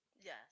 Yes